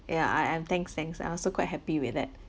ya I I I'm thanks thanks I'm also quite happy with that